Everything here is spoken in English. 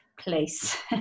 place